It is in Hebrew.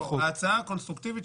בהצעה הקונסטרוקטיבית,